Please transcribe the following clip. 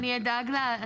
אבל אני אדאג שיעבור.